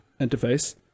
interface